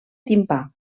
timpà